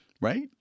Right